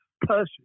person